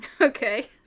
Okay